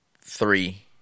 three